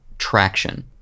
traction